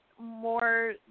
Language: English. more